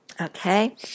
Okay